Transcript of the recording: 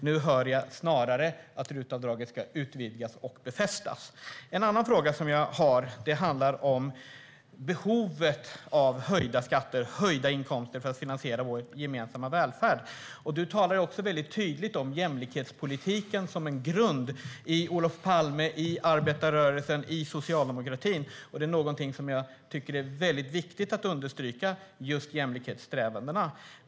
Nu hör jag snarare att RUT-avdraget ska utvidgas och befästas. En annan fråga handlar om behovet av höjda skatter och höjda inkomster för att finansiera vår gemensamma välfärd. Peter Persson talar tydligt om jämlikhetspolitiken som en grund, hos Olof Palme, i arbetarrörelsen, i socialdemokratin. Det är viktigt att understryka just jämlikhetssträvandena.